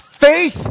faith